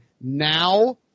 now